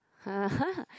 (uh huh)